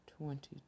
Twenty